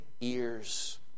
ears